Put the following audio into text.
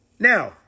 Now